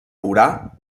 orà